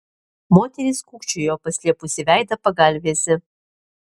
moteris kūkčiojo paslėpusi veidą pagalvėse